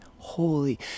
Holy